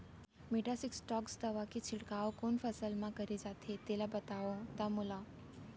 Metasystox दवा के छिड़काव कोन फसल म करे जाथे तेला बताओ त मोला?